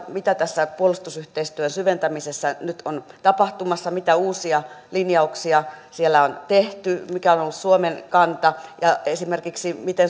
mitä tässä puolustusyhteistyön syventämisessä nyt on tapahtumassa mitä uusia linjauksia siellä on tehty mikä on on ollut suomen kanta ja miten esimerkiksi